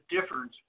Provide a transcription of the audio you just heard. difference